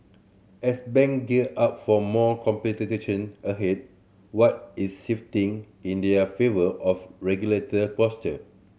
as bank gear up for more competition ahead what is shifting in their favour of regulator posture